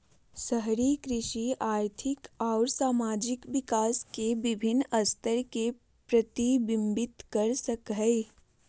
शहरी कृषि आर्थिक अउर सामाजिक विकास के विविन्न स्तर के प्रतिविंबित कर सक हई